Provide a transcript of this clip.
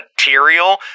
material